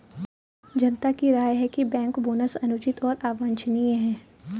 जनता की राय है कि बैंक बोनस अनुचित और अवांछनीय है